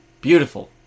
Beautiful